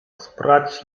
sprać